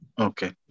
Okay